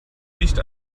nicht